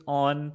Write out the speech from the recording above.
on